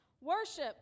Worship